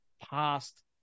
past